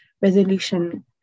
resolution